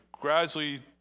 gradually